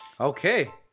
Okay